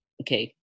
okay